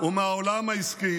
ומהעולם העסקי